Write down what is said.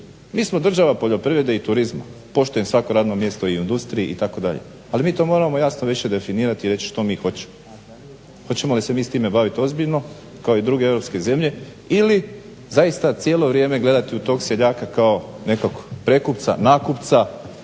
Mi smo država poljoprivrede i turizma. Poštujem svako radno mjesto i u industriji itd., ali mi to moramo jasno više definirati i reći što mi hoćemo, hoćemo li se mi s time bavit ozbiljno kao i druge europske zemlje ili zaista cijelo vrijeme gledati u tog seljaka kao nekog prekupca, nakupca